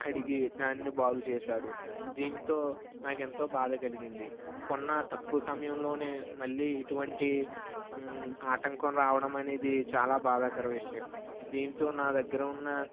అడిగి దాన్ని బాగుచేశారు దీంతో నాకెంతో బాధ కలిగింది కొన్న తక్కువ సమయంలోనే మళ్ళీ ఇటువంటి ఆటంకం రావడమనేది చాలా బాధాకర విషయం దీనితో నా దగ్గర ఉన్న